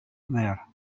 there